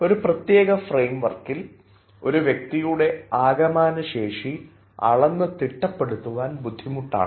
ഒരു പ്രത്യേക ഫ്രെയിംവർക്കിൽ ഒരു വ്യക്തിയുടെ ആകമാന ശേഷി അളന്നു തിട്ടപ്പെടുത്തുവാൻ ബുദ്ധിമുട്ടാണ്